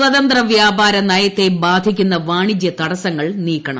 സ്വതന്ത്ര വ്യാപാര നയത്തെ ബാധിക്കുന്ന വാണിജ്യ തടസ്സങ്ങൾ നീക്കണം